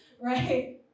right